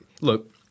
Look